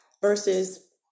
versus